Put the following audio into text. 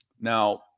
now